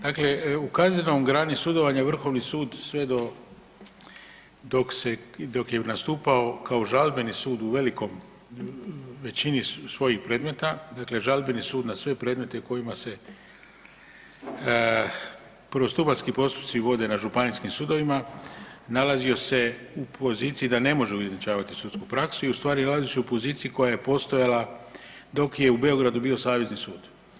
Dakle u kaznenoj grani sudovanja Vrhovni sud sve dok je nastupao kao žalbeni sud u velikoj većini svojih predmeta, dakle žalbeni sud na sve predmete u kojima se prvostupanjski postupci vode na županijskim sudovima nalazio se da ne može ujednačavati sudsku praksu i ustvari nalazio se u poziciji koja je postojala dok je u Beogradu bio Savezni sud.